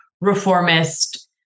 reformist